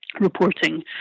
reporting